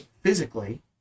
physically